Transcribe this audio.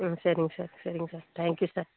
ம் சரிங்க சார் சரிங்க சார் தேங்க் யூ சார்